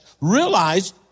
Realize